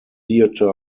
theatre